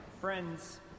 Friends